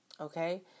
Okay